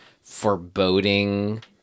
foreboding